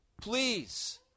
please